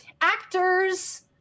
actors